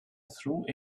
through